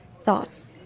thoughts